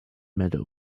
meadow